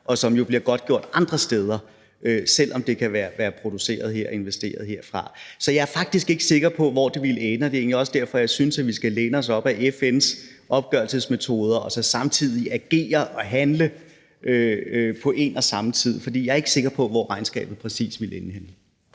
og som jo bliver godtgjort andre steder, selv om det kan være produceret her og der er blevet investeret i det her. Så jeg er faktisk ikke sikker på, hvor det ville ende, og det er egentlig også derfor, jeg synes, at vi læne os op ad FN's opgørelsesmetoder og så samtidig agere og handle, på en og samme tid, for jeg er ikke sikker på, hvor regnskabet præcis ville ende henne.